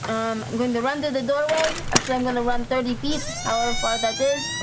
i'm going to run to the doorway, actually i'm going to run thirty feet, however far that is.